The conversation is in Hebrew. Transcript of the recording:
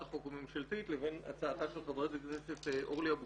החוק הממשלתית לבין הצעתה של חברת הכנסת אורלי לוי אבקסיס,